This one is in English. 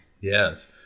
Yes